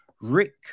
Rick